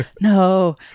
No